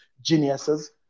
geniuses